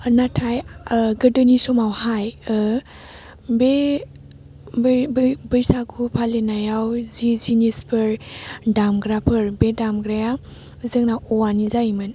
नाथाइ गोदोनि समावहाय बे बै बै बैसागु फालिनायाव जि जिनिसफोर दामग्राफोर बे दामग्राया जोंना औवानि जायोमोन